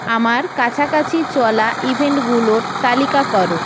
আমার কাছাকাছি চলা ইভেন্টগুলোর তালিকা করো